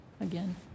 again